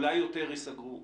אולי יותר יסגרו בהמשך,